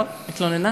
נכון, התלוננה.